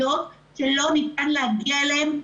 תודה.